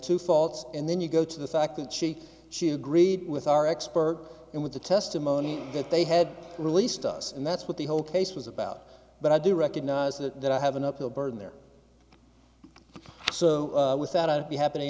two faults and then you go to the fact that she she agreed with our expert and with the testimony that they had released us and that's what the whole case was about but i do recognise that i have an uphill burden there so with that i'd be happening